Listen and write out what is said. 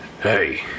Hey